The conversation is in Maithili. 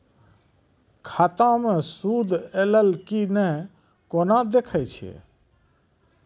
खाता मे सूद एलय की ने कोना देखय छै?